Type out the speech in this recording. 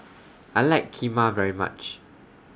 I like Kheema very much